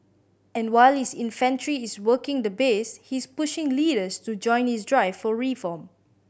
and while his infantry is working the base he's pushing leaders to join his drive for reform